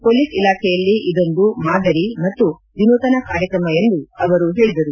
police ಇಲಾಖೆಯಲ್ಲಿ ಇದೊಂದು ಮಾದರಿ ಮತ್ತು ವಿನೂತನ ಕಾರ್ಯಕ್ರಮ ಎಂದು ಅವರು ಹೇಳಿದರು